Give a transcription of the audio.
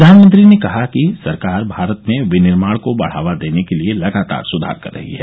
प्रधानमंत्री ने कहा कि सरकार भारत में विनिर्माण को बढ़ावा देने के लिए लगातार सुधार कर रही है